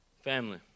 Family